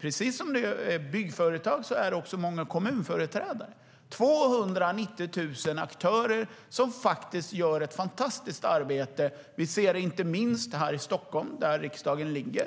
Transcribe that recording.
Precis som det är byggföretag är det också många kommunföreträdare - 290 000 aktörer som gör ett fantastiskt arbete. Vi ser inte minst här i Stockholm, där riksdagen finns,